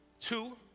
two